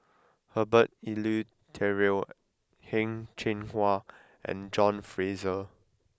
Herbert Eleuterio Heng Cheng Hwa and John Fraser